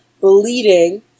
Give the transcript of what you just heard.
bleeding